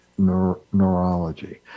neurology